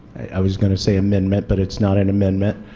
i was going to say amendment but it's not an amendment,